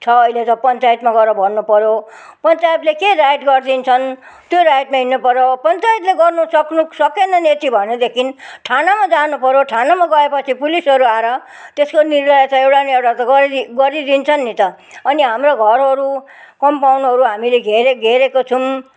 छ अहिले त पञ्चायतमा गएर भन्नुपर्यो पञ्चायतले के राइट गरिदिन्छन् त्यो राइटमा हिँड्न पर्यो पञ्चायतले गर्नु सक्नु सकेनन् यदि भनेदेखि थानामा जानुपर्यो थानामा गएपछि पुलिसहरू आएर त्यसको निर्णय छ एउटा न एउटा त गरी गरिदिन्छन् नि त अनि हाम्रो घरहरू कम्पाउन्डहरू हामीले घेरे घेरेको छौँ